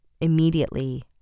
immediately